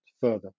further